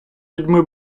людьми